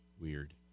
Weird